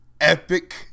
epic